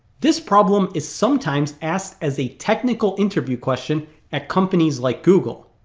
this problem is sometimes asked as a technical interview question at companies like google